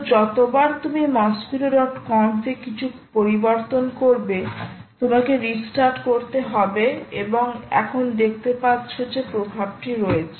তো যতবার তুমি মসকুইটো কনফ এ কিছু পরিবর্তন করবে তোমাকে রিস্টার্ট করতে হবে এবং এখন দেখতে পাচ্ছ যে প্রভাবটি রয়েছে